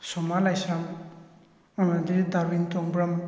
ꯁꯣꯃꯥ ꯂꯥꯏꯁ꯭ꯔꯝ ꯑꯃꯗꯤ ꯗꯥꯕꯤꯟ ꯇꯣꯡꯕ꯭ꯔꯝ